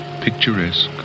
picturesque